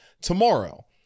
tomorrow